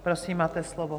Prosím, máte slovo.